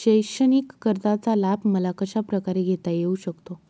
शैक्षणिक कर्जाचा लाभ मला कशाप्रकारे घेता येऊ शकतो?